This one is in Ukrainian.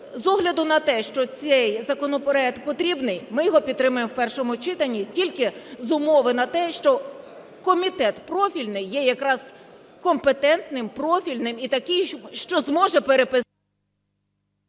З огляду на те, що цей законопроект потрібний, ми його підтримаємо в першому читанні тільки з умови на те, що комітет профільний є якраз компетентним, профільним і такий, що зможе… ГОЛОВУЮЧИЙ.